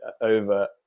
over